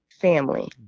family